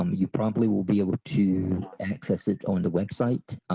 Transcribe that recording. um you promptly will be able to access it on the website.